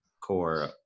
core